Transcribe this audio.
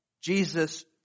Jesus